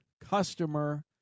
customer